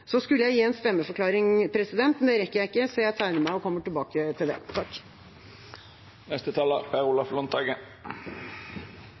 Så skulle jeg gi en stemmeforklaring, men det rekker jeg ikke, så jeg tegner meg igjen og kommer tilbake til det.